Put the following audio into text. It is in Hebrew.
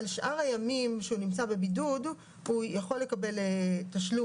על שאר הימים שבהם הוא נמצא בבידוד הוא יכול לקבל תשלום